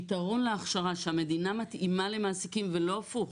פתרון להכשרה שהמדינה מתאימה למעסיקים ולא הפוך.